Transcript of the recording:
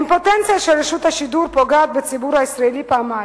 האימפוטנציה של רשות השידור פוגעת בציבור הישראלי פעמיים: